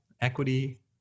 equity